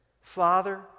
Father